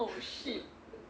oh shit